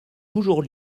toujours